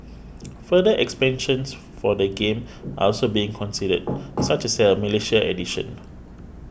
future expansions for the game are also being considered such as a Malaysian edition